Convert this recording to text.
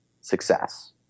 success